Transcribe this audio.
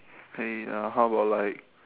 !hey! uh how about like